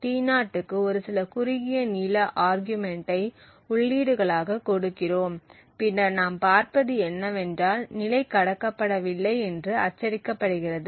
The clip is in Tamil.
T0 க்கு ஒரு சில குறுகிய நீள ஆர்கியூமென்ட்டை உள்ளீடுகளாக கொடுக்கிறோம் பின்னர் நாம் பார்ப்பது என்னவென்றால் நிலை கடக்கப்படவில்லை என்று அச்சடிக்கப்படுகிறது